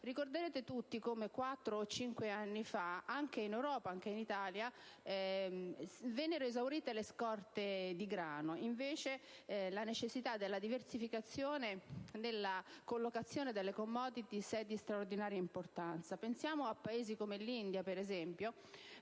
Ricorderete tutti come quattro o cinque anni fa anche in Europa, anche in Italia, vennero esaurite le scorte di grano. Invece la necessità della diversificazione nella collocazione delle *commodities* è di straordinaria importanza. Pensiamo a Paesi come l'India, per esempio,